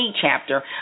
Chapter